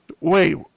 Wait